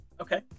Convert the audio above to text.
Okay